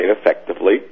effectively